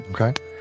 Okay